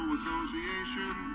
Association